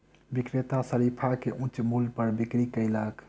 विक्रेता शरीफा के उच्च मूल्य पर बिक्री कयलक